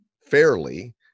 fairly